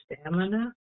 stamina